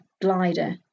glider